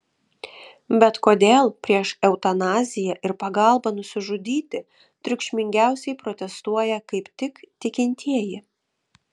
bet kodėl prieš eutanaziją ir pagalbą nusižudyti triukšmingiausiai protestuoja kaip tik tikintieji